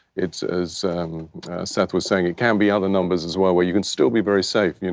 it's as seth was saying, it can be other numbers as well where you can still be very safe, you